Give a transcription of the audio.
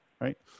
right